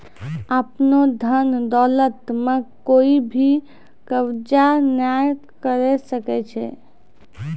आपनो धन दौलत म कोइ भी कब्ज़ा नाय करै सकै छै